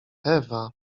ewa